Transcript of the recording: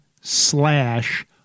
slash